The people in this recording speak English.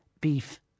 beef